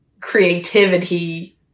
creativity